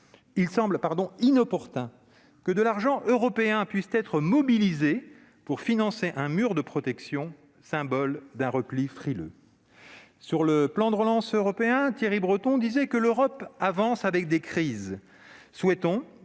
il semble inopportun que de l'argent européen puisse être mobilisé pour financer un mur de protection, symbole d'un repli frileux. En évoquant le plan de relance européen, Thierry Breton disait que « l'Europe avance avec des crises ». Souhaitons